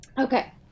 Okay